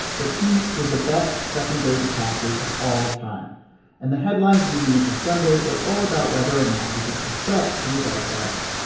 but he was the best second-day decathlete of all time and the headlines leading into sunday were all about whether or not he could catch up to his arch-rival